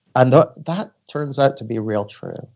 and that turns out to be real true.